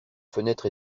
fenêtre